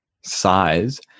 size